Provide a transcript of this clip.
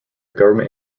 government